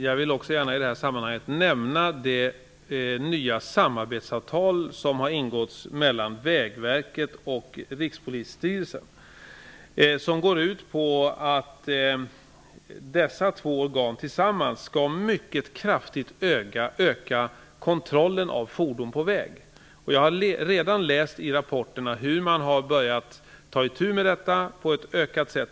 Fru talman! Jag vill i detta sammanhang också gärna nämna det nya samarbetsavtal som har ingåtts mellan Vägverket och Rikspolisstyrelsen. Det går ut på att dessa två myndigheter tillsammans skall mycket kraftigt öka kontrollen av fordon på väg. Jag har redan läst i rapporterna hur man har börjat ta itu med detta.